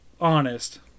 honest